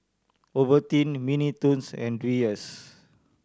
Ovaltine Mini Toons and Dreyers